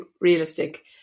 realistic